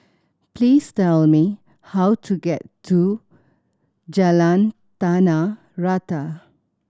please tell me how to get to Jalan Tanah Rata